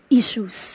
issues